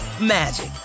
magic